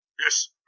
Yes